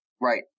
Right